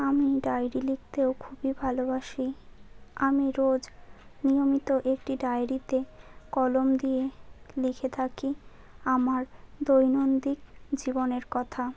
আমি ডায়েরি লিখতেও খুবই ভালোবাসি আমি রোজ নিয়মিত একটি ডায়েরিতে কলম দিয়ে লিখে থাকি আমার দৈনন্দিন জীবনের কথা